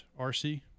RC